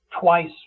twice